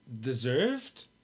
Deserved